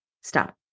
stop